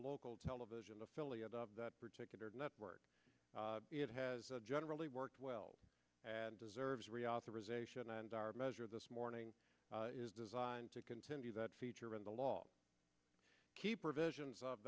local television affiliate of that particular network it has generally worked well and deserves reauthorization and our measure this morning is designed to continue that feature in the law key provisions of